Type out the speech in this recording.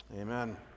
amen